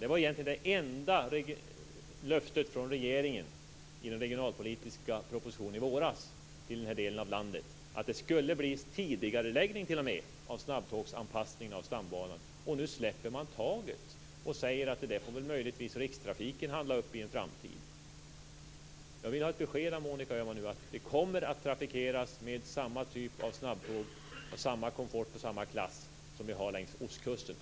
Det enda löftet från regeringen till den här delen av landet i den regionalpolitiska propositionen i våras var att det t.o.m. skulle ske en tidigareläggning av snabbtågsanpassningen av stambanan. Men nu släpper man taget och säger att det där får väl möjligtvis rikstrafiken handla upp i en framtid. Jag vill ha ett besked av Monica Öhman nu om att den kommer att trafikeras av samma typ av snabbtåg med samma komfort och samma klass som snabbtågen längs ostkusten.